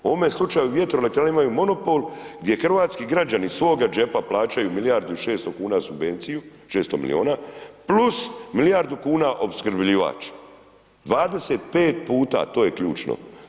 U ovome slučaju vjetroelektrane imaju monopol gdje hrvatski građani iz svoga džepa plaćaju milijardu i 600 kn subvenciju, 600 milijuna + milijardu kuna opskrbljivač, 25 puta, to je ključno.